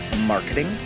marketing